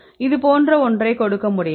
இது போன்ற ஒன்றை கொடுக்க முடியுமா